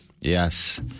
Yes